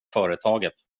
företaget